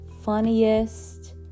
funniest